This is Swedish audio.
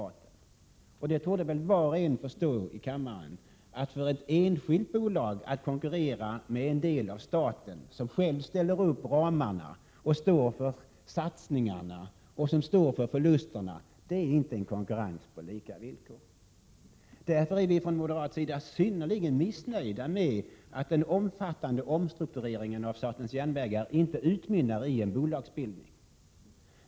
Var och en här i kammaren torde förstå att det inte blir konkurrens på lika villkor, om ett enskilt bolag skall försöka konkurrera med en del av staten, som själv ställer upp ramarna samt själv står för satsningarna och förlusterna. Därför är vi från moderat sida synnerligen missnöjda med att den omfattande omstruktureringen av statens järnvägar inte utmynnar i en bolagsbildning.